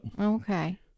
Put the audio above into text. okay